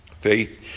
faith